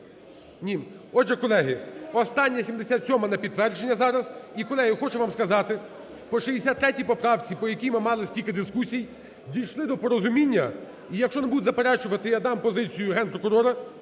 Ні. Отже, колеги, остання 77-а на підтвердження зараз. І, колеги, я хочу вам сказати по 63 поправці, по якій ми мали стільки дискусій, дійшли до порозуміння. І якщо не будуть заперечувати, я дам позицію Генпрокурора,